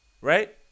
Right